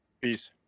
Peace